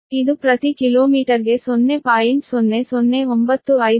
ಇದು ಪ್ರತಿ ಕಿಲೋಮೀಟರ್ಗೆ 0